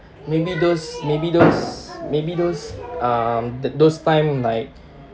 maybe those maybe those maybe those um the those time like